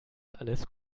alles